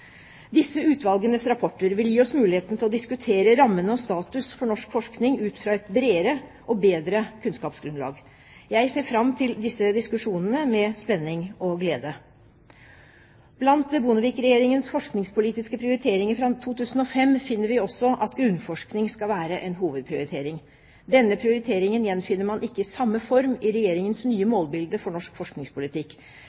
Disse utvalgenes rapporter vil gi oss muligheten til å diskutere rammene og status for norsk forskning ut fra et bredere og bedre kunnskapsgrunnlag. Jeg ser fram til disse diskusjonene med spenning og glede. Blant Bondevik-regjeringens forskningspolitiske prioriteringer fra 2005 finner vi også at grunnforskning skal være en hovedprioritering. Denne prioriteringen gjenfinner man ikke i samme form i Regjeringens nye